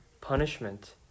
punishment